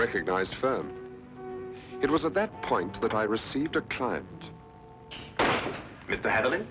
recognized firm it was at that point that i received a client with the handling